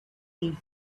tea